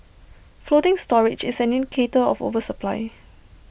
floating storage is an indicator of oversupply